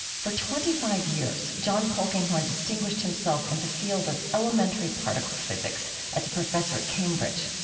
for twenty five years john polkinghorne distinguished himself in the field of elementary particle physics as a professor at cambridge.